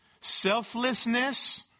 selflessness